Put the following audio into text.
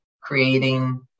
creating